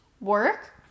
work